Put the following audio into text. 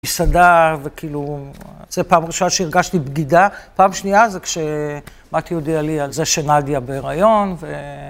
מסעדה, וכאילו, זו פעם ראשונה שהרגשתי בגידה, פעם שנייה זה כשמתי הודיע לי על זה שנדיה בהריון, ו...